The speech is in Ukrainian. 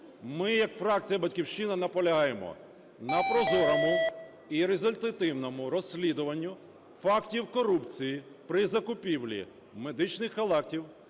Ми як фракція "Батьківщина" наполягаємо на прозорому і результативному розслідуванні фактів корупції при закупівлі медичних халатів,